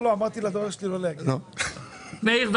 מאיר,